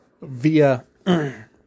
Via